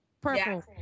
Purple